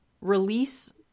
release